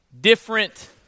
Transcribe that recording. different